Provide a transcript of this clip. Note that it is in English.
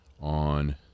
On